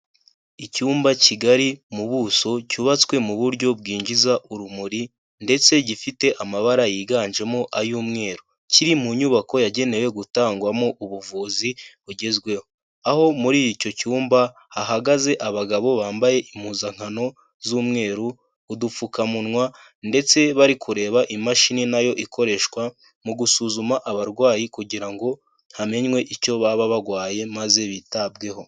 Icyumba kigari mu buso cyubatswe mu buryo bwinjiza urumuri ndetse gifite amabara yiganjemo ay'umweru. Kiri mu nyubako yagenewe gutangwamo ubuvuzi bugezweho. Aho muri icyo cyumba hahagaze abagabo bambaye impuzankano z'umweru, udupfukamunwa ndetse bari kureba imashini na yo ikoreshwa mu gusuzuma abarwayi kugira ngo hamenywe icyo baba bagwaye maze bitabweho.